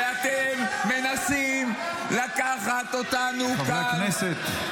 ואתם מנסים לקחת אותנו כאן -- חברי הכנסת,